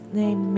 name